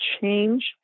change